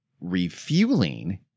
refueling